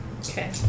Okay